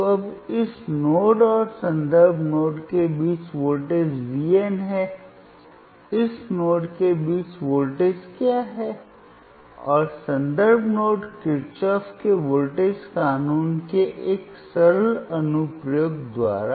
तो अब इस नोड और संदर्भ नोड के बीच वोल्टेज V n है इस नोड के बीच वोल्टेज क्या है और संदर्भ नोड किरचॉफ के वोल्टेज कानून के एक सरल अनुप्रयोग द्वारा